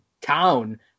town